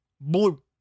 blue